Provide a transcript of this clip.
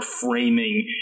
framing